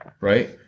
right